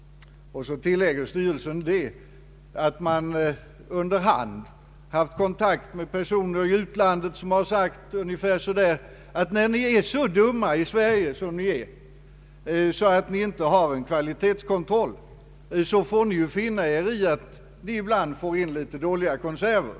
Sedan tillägger styrelsen att man under hand haft kontakt med personer i utlandet som har sagt ungefär: När ni i Sverige är så dumma att ni inte har en kvalitetskontroll får ni finna er i att ni ibland får in litet dåliga konserver.